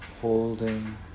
holding